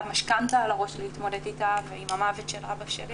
משכנתא על הראש להתמודד איתה ועם המוות של אבא שלי,